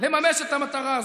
לממש את המטרה הזאת.